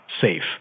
safe